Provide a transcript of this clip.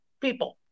people